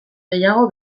gehiago